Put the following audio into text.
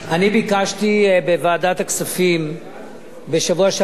אני ביקשתי בוועדת הכספים בשבוע שעבר,